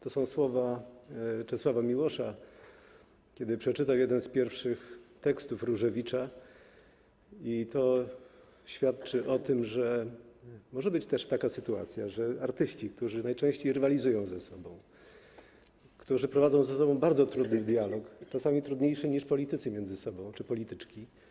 Takie były słowa Czesława Miłosza, kiedy przeczytał jeden z pierwszych tekstów Różewicza, i to świadczy o tym, że może być też taka sytuacja, że artyści, którzy najczęściej rywalizują ze sobą, którzy prowadzą ze sobą bardzo trudny dialog, czasami trudniejszy niż politycy czy polityczki.